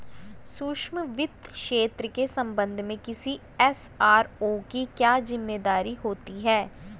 सूक्ष्म वित्त क्षेत्र के संबंध में किसी एस.आर.ओ की क्या जिम्मेदारी होती है?